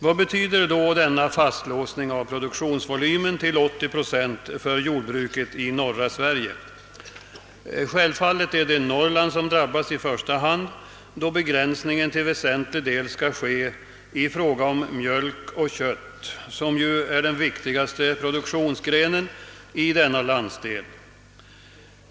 Vad betyder då denna fastlåsning av produktionsvolymen till 80 procent för jordbruket i norra Sverige? Självfallet är det Norrland som drabbas i första hand, då begränsningen till väsentlig del skall ske i fråga om mjölk och kött, som ju är de viktigaste produktionsgrenarna i denna landsdel.